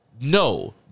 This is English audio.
No